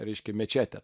reiškia mečetė